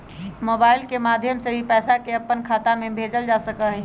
mobile के माध्यम से भी पैसा के अपन खाता में भेजल जा सका हई